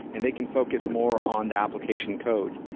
and they can focus more on the application code.